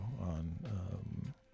on